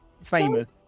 famous